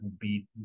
beat